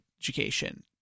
education